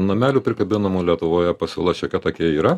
namelių prikabinamų lietuvoje pasiūla šiokia tokia yra